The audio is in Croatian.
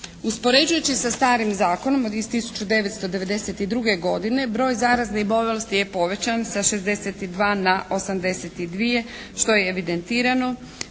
Uspoređujući sa starim zakonom iz 1992. godine broj zaraznih bolesti je povećan sa 62 na 82 što je evidentirano.